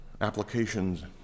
Applications